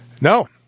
no